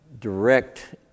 direct